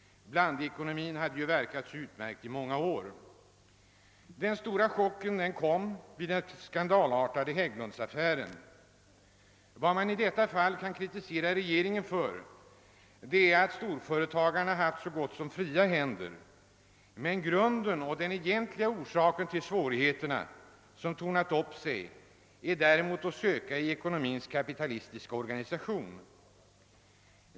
Blandekonomin hade ju verkat så utmärkt i många år. Den stora chocken kom vid den skandalartade Hägglundsaffären. Vad man i detta fall kan kritisera regeringen för är att storföretagarna har haft så gott som fria händer. Men den egentliga orsaken till de svårigheter som tornat upp sig är att söka i ekonomins kapitalistiska organisation.